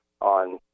on